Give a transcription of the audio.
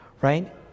right